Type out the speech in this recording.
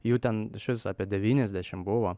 jų ten išvis apie devyniasdešim buvo